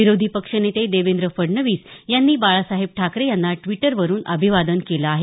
विरोधी पक्ष नेते देवेंद्र फडणवीस यांनी बाळासाहेब ठाकरे यांना ड्विटरवरून अभिवादन केलं आहे